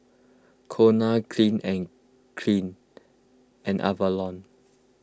Cornell Clean and Clean and Avalon